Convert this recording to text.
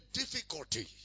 difficulty